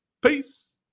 Peace